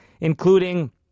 including